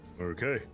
Okay